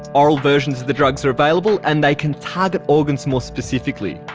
oral versions of the drugs are available and they can target organs more specifically.